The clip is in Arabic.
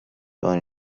لوني